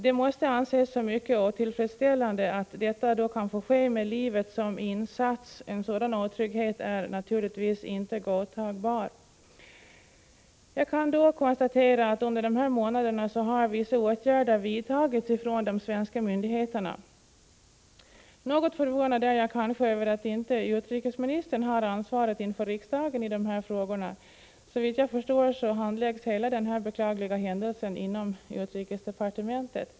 Det måste anses som mycket otillfredsställande att en händelse som denna, med livet som insats, får ske. En sådan otrygghet är naturligtvis inte godtagbar. Jag kan konstatera att vissa åtgärder under de här månaderna har vidtagits från de svenska myndigheternas sida. Något förvånad är jag kanske över att inte utrikesministern har ansvaret inför riksdagen i dessa frågor. Såvitt jag förstår handläggs hela denna beklagliga händelse inom utrikesdepartementet.